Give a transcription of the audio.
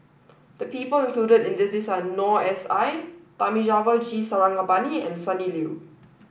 the people included in the list are Noor S I Thamizhavel G Sarangapani and Sonny Liew